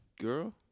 girl